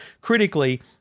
critically